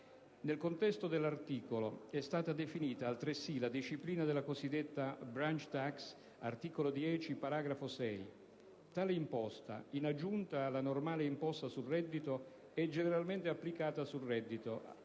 Nel contesto dell'articolo è stata definita, altresì, la disciplina della cosiddetta *branch tax* (articolo 10, paragrafo 6). Tale imposta - in aggiunta alla normale imposta sul reddito - è generalmente applicata sul reddito,